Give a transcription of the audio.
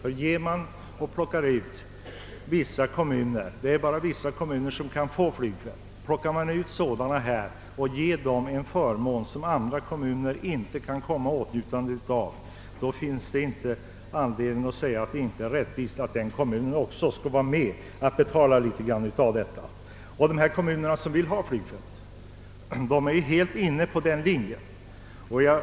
Plockar man ut vissa kommuner — det är inte alla som kan få flygplats — och ger dem en förmån som andra kommuner inte kan komma i åtnjutande av, finns det ingen anledning att anse att det inte är rättvist att de får vara med och betala litet av kostnaderna. De kommuner som vill ha flygfält är också helt inne på den linjen.